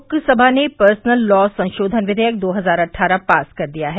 लोकसभा ने personal law संशोधन विधेयक दो हजार अट्ठारह पास कर दिया है